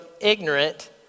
ignorant